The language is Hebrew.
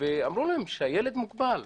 ואמרו להם שהילד מוגבל.